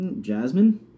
Jasmine